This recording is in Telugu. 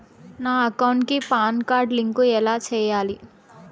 నా అకౌంట్ కి పాన్ కార్డు లింకు ఎలా సేయాలి